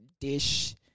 dish